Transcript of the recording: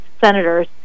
senators